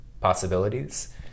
possibilities